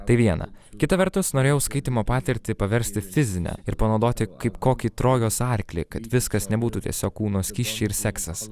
tai viena kita vertus norėjau skaitymo patirtį paversti fizine ir panaudoti kaip kokį trojos arklį kad viskas nebūtų tiesiog kūno skysčiai ir seksas